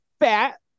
fat